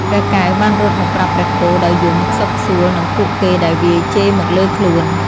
ព្រះកែវបានរត់មកប្រាប់ព្រះគោដោយយំខ្សឹកខ្សួលនឹងពួកគេដែលវាយជេរមកលើខ្លួន ។